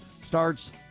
Starts